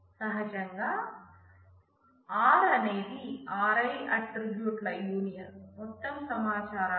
సహజంగా R అనేది Ri ఆట్రిబ్యూట్ల యూనియన్ చేస్తున్నాం